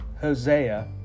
Hosea